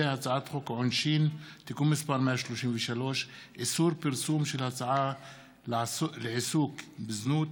הצעת חוק העונשין (תיקון מס' 133) (איסור פרסום של הצעה לעיסוק בזנות),